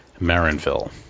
Marinville